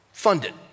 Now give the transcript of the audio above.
funded